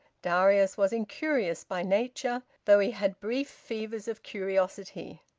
darius was incurious by nature, though he had brief fevers of curiosity.